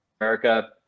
america